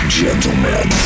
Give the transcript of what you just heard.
gentlemen